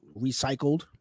recycled